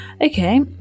Okay